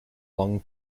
long